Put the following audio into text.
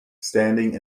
standing